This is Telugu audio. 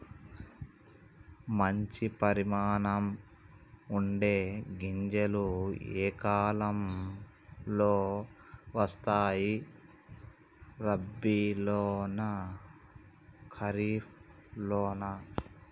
మంచి పరిమాణం ఉండే గింజలు ఏ కాలం లో వస్తాయి? రబీ లోనా? ఖరీఫ్ లోనా?